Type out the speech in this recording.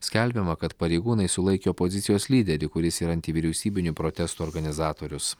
skelbiama kad pareigūnai sulaikė opozicijos lyderį kuris yra antivyriausybinių protestų organizatorius